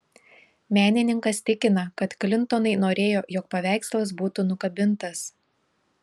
menininkas tikina kad klintonai norėjo jog paveikslas būtų nukabintas